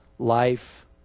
Life